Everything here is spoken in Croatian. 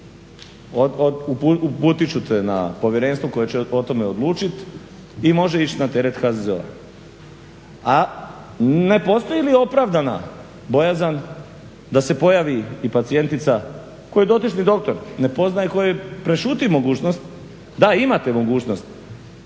uputit ću te na povjerenstvo koje će o tome odlučiti i može ići na teret HZZO-a. A ne postoji li opravdana bojazan da se pojavi i pacijentica koju dotični doktor ne poznaje i koji joj prešuti mogućnost da imate mogućnost